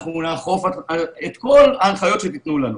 אנחנו נאכוף את כל ההנחיות שתתנו לנו.